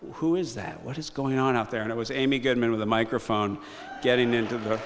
who is that what is going on out there and it was amy goodman with a microphone getting into the